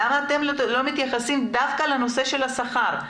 למה אתם לא מתייחסים דווקא לנושא השכר?